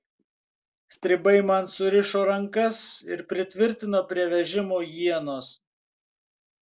stribai man surišo rankas ir pritvirtino prie vežimo ienos